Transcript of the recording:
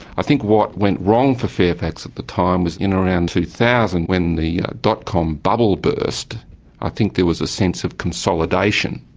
i think what went wrong for fairfax at the time was in around two thousand when the dotcom bubble burst i think there was a sense of consolidation.